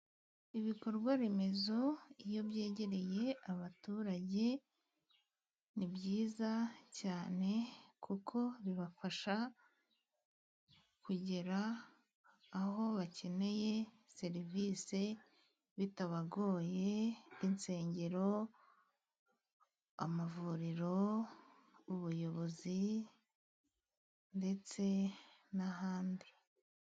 Ibikorwaremezo iyo byegereye abaturage ni byiza cyane. Kuko bibafasha kugera aho bakeneye serivisi bitabagoye. Insengero, amavuriro, ubuyobozi ndetse n'ahandi.